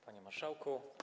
Panie Marszałku!